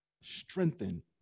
strengthen